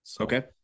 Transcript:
Okay